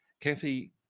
Kathy